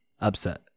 upset